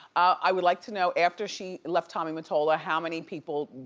i would like to know after she left tommy mottola how many people,